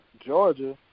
Georgia